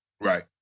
Right